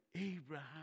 Abraham